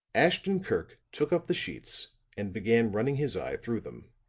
ashton-kirk took up the sheets and began running his eye through them.